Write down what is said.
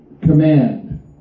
Command